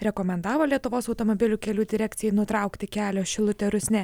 rekomendavo lietuvos automobilių kelių direkcijai nutraukti kelio šilutė rusnė